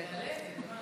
כן.